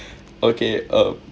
okay um